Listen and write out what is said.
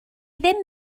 ddim